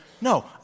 No